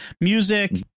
music